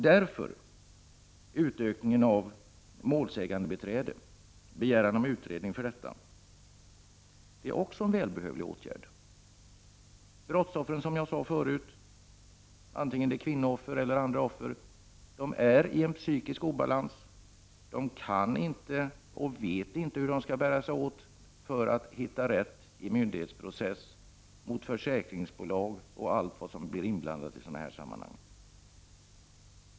En utökning av rätten till målsägandebiträde är också en välbehövlig åtgärd. Som jag sade förut befinner sig brottsoffren, vare sig det är kvinnooffer eller andra offer, i psykisk obalans. De vet inte hur de skall bära sig åt för att hitta rätt i en myndighetsprocess, när det gäller försäkringsbolag och allt vad som blir inblandat i sådana här sammanhang.